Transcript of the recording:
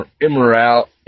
immoral